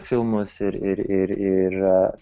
filmus ir ir yra